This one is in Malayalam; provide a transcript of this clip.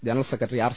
general secretary R